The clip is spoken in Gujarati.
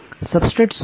સબસ્ટ્રેટ શું છે